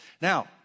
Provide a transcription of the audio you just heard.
Now